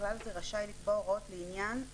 ובכלל זה רשאי לקבוע הוראות לעניין .